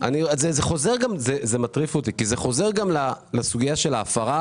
זה מטריף אותי כי זה חוזר גם לסוגייה של ההפרה